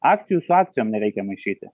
akcijų su akcijom nereikia maišyti